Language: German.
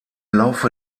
laufe